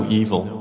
evil